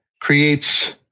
creates